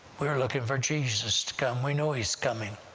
we're looking for jesus to come, we know he's coming,